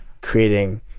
creating